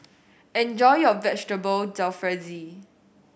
enjoy your Vegetable Jalfrezi